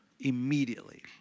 immediately